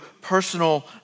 personal